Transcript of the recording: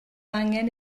angen